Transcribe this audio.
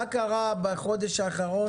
מה קרה בחודש האחרון?